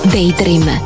Daydream